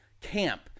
camp